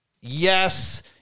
yes